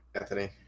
Anthony